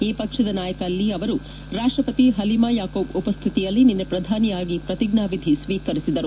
ಈ ಪಕ್ಷದ ನಾಯಕ ಲೀ ಅವರು ರಾಷ್ಷವತಿ ಪಲೀಮಾ ಯಾಕೋಬ್ ಉಪ್ಯತಿಯಲ್ಲಿ ನಿನ್ನೆ ಪ್ರಧಾನಿಯಾಗಿ ಪ್ರತಿಜ್ಞಾ ಎಧಿ ಸ್ತೀಕರಿಸಿದರು